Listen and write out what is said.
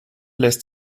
lässt